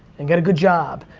and get a good job,